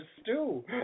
stew